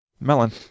melon